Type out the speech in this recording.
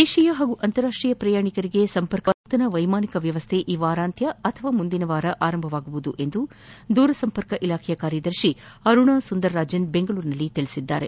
ದೇತೀಯ ಹಾಗೂ ಅಂತಾರಾಷ್ಷೀಯ ಪ್ರಯಾಣಿಕರಿಗೆ ಸಂಪರ್ಕ ಕಲ್ಪಿಸುವ ನೂತನ ವೈಮಾನಿಕ ವ್ಯವಸ್ಥೆ ಈ ವಾರಾಂತ್ಯ ಅಥವಾ ಮುಂದಿನ ವಾರ ಆರಂಭವಾಗಲಿದೆ ಎಂದು ದೂರ ಸಂಪರ್ಕ ಕಾರ್ಯದರ್ತಿ ಅರುಣಾ ಸುಂದರ್ ರಾಜನ್ ಬೆಂಗಳೂರಿನಲ್ಲಿ ಹೇಳಿದ್ದಾರೆ